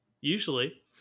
Usually